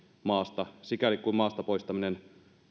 maasta sikäli kuin maasta poistaminen